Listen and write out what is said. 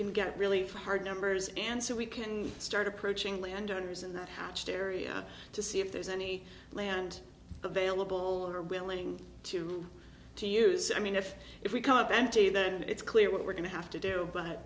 can get really hard numbers and so we can start approaching landowners in that hatched area to see if there's any land available are willing to to use it i mean if if we come up empty then it's clear what we're going to have to do